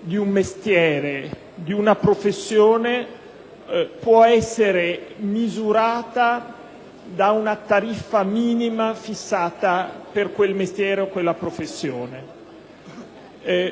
di un mestiere o di una professione possa essere misurata o difesa da una tariffa minima fissata per quel mestiere o quella professione.